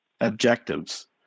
objectives